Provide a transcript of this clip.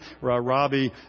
Robbie